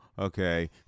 Okay